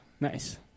Nice